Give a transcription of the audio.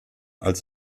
als